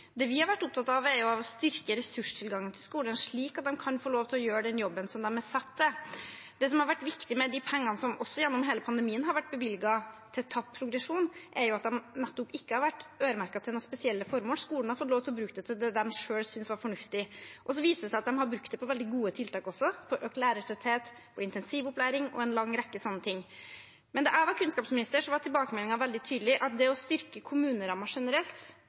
Det vi har vært opptatt av, er å styrke ressurstilgangen til skolen, slik at de kan få lov til å gjøre den jobben de er satt til. Det som har vært viktig med de pengene, som også gjennom hele pandemien har vært bevilget til tapt progresjon, er at de nettopp ikke har vært øremerket til noen spesielle formål; skolen har fått lov til å bruke dem til det de selv syntes var fornuftig. Det viser seg også at de har brukt dem på veldig gode tiltak: på økt lærertetthet, på intensivopplæring og en lang rekke sånne ting. Men da jeg var kunnskapsminister, var tilbakemeldingen veldig tydelige på at det å styrke kommunerammen generelt